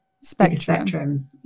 spectrum